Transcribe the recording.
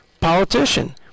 politician